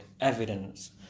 evidence